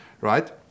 right